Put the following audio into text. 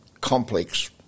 complex